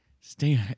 stay